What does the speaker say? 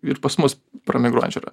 ir pas mus pramigruojančių yra